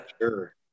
sure